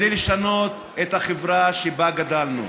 את החברה שבה גדלנו.